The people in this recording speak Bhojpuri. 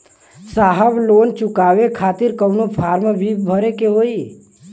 साहब लोन चुकावे खातिर कवनो फार्म भी भरे के होइ?